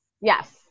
Yes